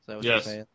Yes